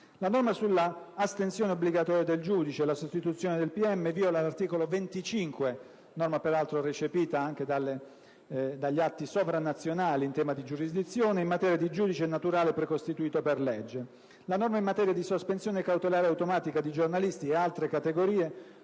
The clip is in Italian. La norma sull'astensione obbligatoria del giudice e la sostituzione del pubblico ministero vìola l'articolo 25 della Costituzione (norma peraltro recepita anche dagli atti sovranazionali in tema di giurisdizione), in materia di giudice naturale precostituito per legge. La norma in materia di sospensione cautelare automatica di giornalisti e altre categorie